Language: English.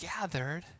gathered